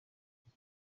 kuba